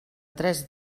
tres